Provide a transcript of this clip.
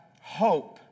hope